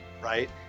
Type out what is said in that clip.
right